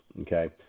okay